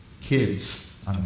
kids